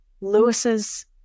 Lewis's